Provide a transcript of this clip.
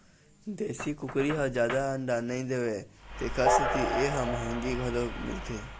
देशी कुकरी ह जादा अंडा नइ देवय तेखर सेती ए ह मंहगी घलोक मिलथे